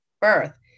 birth